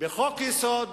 בחוק-יסוד